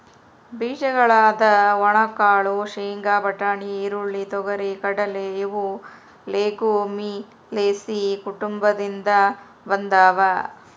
ಬೀಜಗಳಾದ ಒಣಕಾಳು ಶೇಂಗಾ, ಬಟಾಣಿ, ಹುರುಳಿ, ತೊಗರಿ,, ಕಡಲೆ ಇವು ಲೆಗುಮಿಲೇಸಿ ಕುಟುಂಬದಿಂದ ಬಂದಾವ